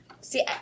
See